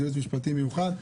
זה ייעוץ משפטי מיוחד,